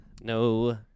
no